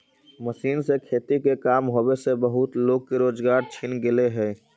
machine से खेती के काम होवे से बहुते लोग के रोजगार छिना गेले हई